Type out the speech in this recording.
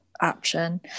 option